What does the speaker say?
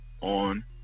On